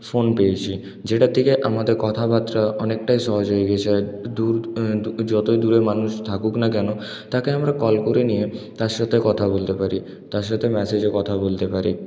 phone পেয়েছি যেটার থেকে আমাদের কথাবার্তা অনেকটাই সহজ হয়ে গেছে দুর যতোই দূরে মানুষ থাকুক না কেন তাকে আমরা কল করে নিয়ে তার সাথে কথা বলতে পারি তার সাথে ম্যাসেজে কথা বলতে পারি